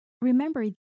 remember